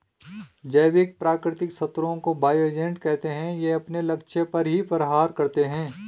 जैविक प्राकृतिक शत्रुओं को बायो एजेंट कहते है ये अपने लक्ष्य पर ही प्रहार करते है